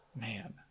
Man